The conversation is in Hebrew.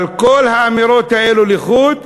אבל כל האמירות האלה לחוד,